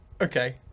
Okay